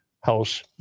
House